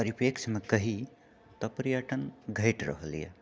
परिपेक्ष्यमे कहि तऽ पर्यटन घटि रहलै हंँ